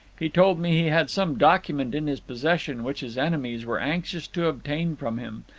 he told me had some document in his possession which his enemies were anxious to obtain from him,